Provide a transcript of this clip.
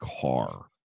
car